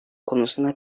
konusunda